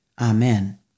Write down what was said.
Amen